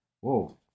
Whoa